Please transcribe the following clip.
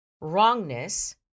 wrongness